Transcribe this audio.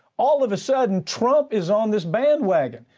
all of a sudden trump is on this bandwagon.